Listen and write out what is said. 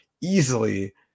easily